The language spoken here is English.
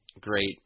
great